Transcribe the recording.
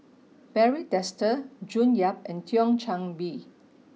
Barry Desker June Yap and Thio Chan Bee